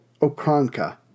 Okranka